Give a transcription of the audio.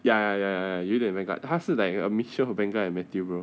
ya ya ya 有点 bengad 他是 like a mixture of bengad and matthew bro